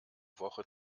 woche